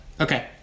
Okay